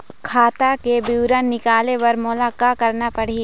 खाता के विवरण निकाले बर मोला का करना पड़ही?